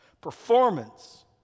Performance